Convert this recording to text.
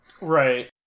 Right